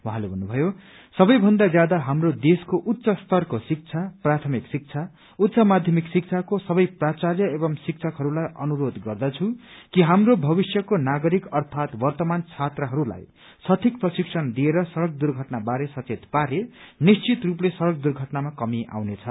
उहाँले भन्नुभयो सबै भन्दा ज्यादा हाप्रो देशको उच्चत स्तरको शिक्षा प्राथमिक शिक्षा उच्च माध्यमिक शिक्षाको सबै प्राचार्य एवं शिक्षकहरूलाई अनुरोध गर्दछ कि हाम्रो भविष्यको नागरिक अर्थात वर्तमान छात्रहरूलाई सठिक प्रक्षिण दिएर सड़क दुर्षटनावारे सवेत पारे निश्वितरूपले सड़क दुर्घटनामा कमी आउनेछ